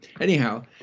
Anyhow